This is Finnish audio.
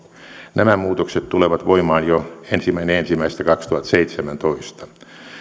nämä muutokset tulevat voimaan jo ensimmäinen ensimmäistä kaksituhattaseitsemäntoista